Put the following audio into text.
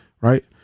right